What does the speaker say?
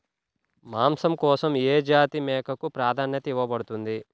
మాంసం కోసం ఏ జాతి మేకకు ప్రాధాన్యత ఇవ్వబడుతుంది?